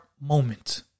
Moment